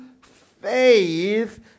faith